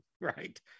right